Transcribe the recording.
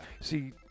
See